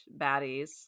baddies